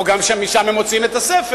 או גם משם הם מוציאים את הספר,